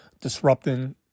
disrupting